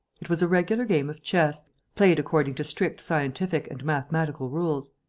it was a regular game of chess, played according to strict scientific and mathematical rules.